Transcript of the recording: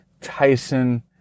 Tyson